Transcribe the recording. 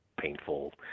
painful